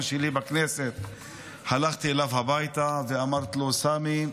שלי בכנסת הלכתי אליו הביתה ואמרתי לו: סמי,